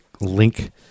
link